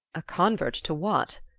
a convert to what?